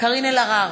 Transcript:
קארין אלהרר,